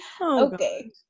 Okay